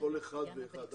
כל אחד ואחד.